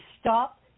Stop